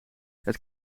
het